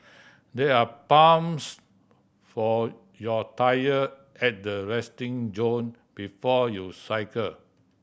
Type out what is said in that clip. there are pumps for your tyre at the resting zone before you cycle